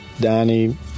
Donnie